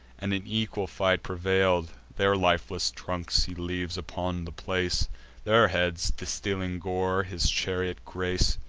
and in equal fight prevail'd. their lifeless trunks he leaves upon the place their heads, distilling gore, his chariot grace.